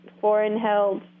foreign-held